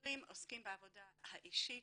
המגשרים עוסקים בעבודה אישית,